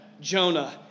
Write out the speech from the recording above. Jonah